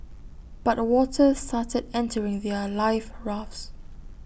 but water started entering their life rafts